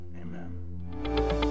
amen